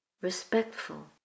respectful